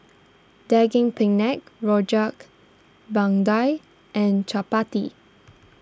Daging Penyet Rojak Bandung and Chappati